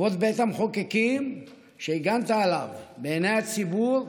כבוד בית המחוקקים, שהגנת עליו בעיני הציבור,